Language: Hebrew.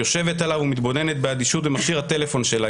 יושבת עליו ומתבוננת באדישות במכשיר הטלפון שלה.